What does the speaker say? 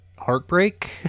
heartbreak